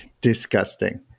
Disgusting